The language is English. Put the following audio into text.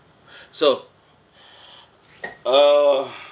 so uh